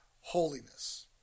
holiness